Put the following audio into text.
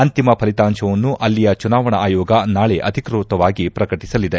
ಅಂತಿಮ ಫಲಿತಾಂಶವನ್ನು ಅಲ್ಲಿಯ ಚುನಾವಣಾ ಆಯೋಗ ನಾಳೆ ಅಧಿಕೃತವಾಗಿ ಪ್ರಕಟಿಸಲಿದೆ